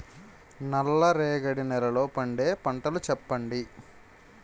నల్ల రేగడి నెలలో పండే పంటలు చెప్పండి?